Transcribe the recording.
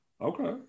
okay